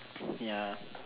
ya